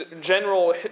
general